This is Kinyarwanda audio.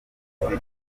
umuntu